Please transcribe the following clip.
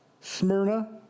Smyrna